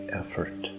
effort